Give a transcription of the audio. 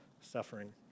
suffering